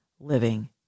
living